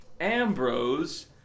Ambrose